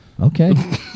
Okay